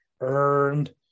earned